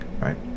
right